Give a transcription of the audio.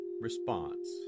response